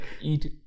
eat